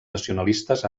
nacionalistes